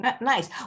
Nice